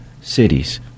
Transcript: cities